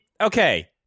okay